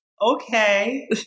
okay